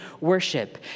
worship